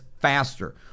faster